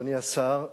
אדוני השר,